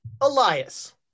Elias